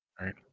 Right